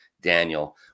Daniel